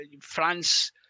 France